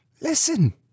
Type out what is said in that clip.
Listen